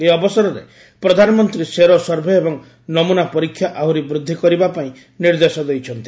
ଏହି ଅବସରରେ ପ୍ରଧାନମନ୍ତ୍ରୀ ସେରୋ ସର୍ଭେ ଏବଂ ନମୁନା ପରୀକ୍ଷା ଆହୁରି ବୃଦ୍ଧି କରିବା ପାଇଁ ନିର୍ଦ୍ଦେଶ ଦେଇଛନ୍ତି